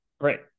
Right